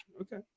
Okay